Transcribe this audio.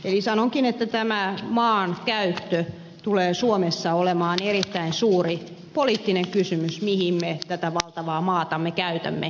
eli sanonkin että tämä maankäyttö tulee suomessa olemaan erittäin suuri poliittinen kysymys mihin me tätä valtavaa maatamme käytämme